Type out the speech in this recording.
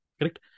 correct